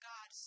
God